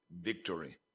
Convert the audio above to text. victory